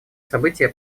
события